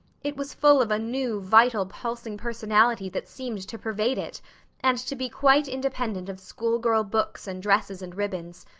it was full of a new vital, pulsing personality that seemed to pervade it and to be quite independent of schoolgirl books and dresses and ribbons,